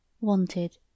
Wanted